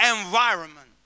environment